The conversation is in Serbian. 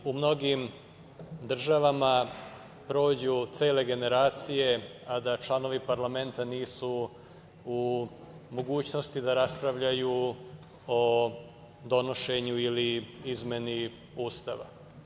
U mnogim državama prođu cele generacije, a da članovi parlamenta nisu u mogućnosti da raspravljaju o donošenju ili izmeni ustava.